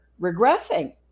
regressing